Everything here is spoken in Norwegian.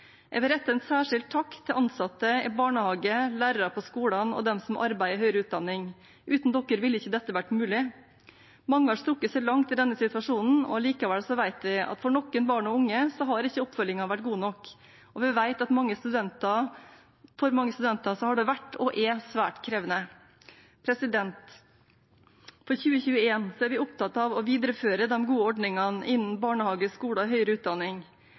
Jeg vil rette en særskilt takk til ansatte i barnehage, lærere på skolene og dem som arbeider i høyere utdanning. Uten dem ville ikke dette vært mulig. Mange har strukket seg langt i denne situasjonen. Likevel vet vi at for noen barn og unge har ikke oppfølgingen vært god nok, og vi vet at for mange studenter har det vært, og er, svært krevende. For 2021 er vi opptatt av å videreføre de gode ordningene innenfor barnehage, skole og høyere utdanning.